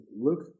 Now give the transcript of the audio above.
look